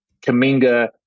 Kaminga